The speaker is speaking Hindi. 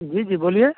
जी जी बोलिए